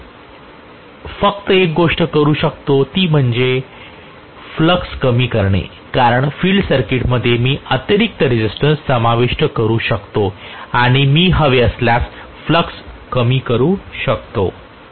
फक्त मी फक्त एक गोष्ट करू शकतो ती म्हणजे फ्लक्स कमी करणे कारण फील्ड सर्किटमध्ये मी अतिरिक्त रेसिस्टन्स समाविष्ट करू शकतो आणि मी हवे असल्यास फ्लक्स कमी करू शकतो